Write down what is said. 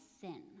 sin